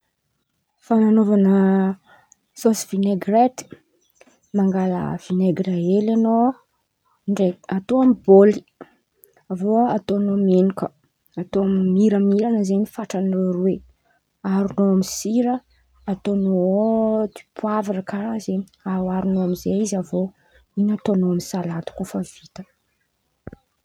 Fanan̈aovan̈a sôsy vinaigrety, mangala vinaigry hely an̈ao ndray atao amy bôly avy eo a ataon̈ao menakà atao miramiran̈a zen̈y fatranireo roe, aharon̈ao amy sira ataon̈ao ao dipoavre karàha zen̈y aharoaron̈ao amizay izy avy eo in̈y ataon̈ao amy salady kô fa vita.